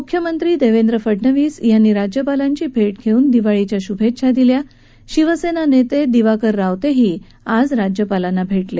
मुख्यमंत्री देवेंद्र फडणवीस यांनी राज्यपालांची भेट घेऊन दिवाळीच्या शुभेच्छा दिल्या शिवसेना नेते दिवाकर रावतेही आज राज्यपालांना भेटले